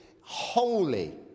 holy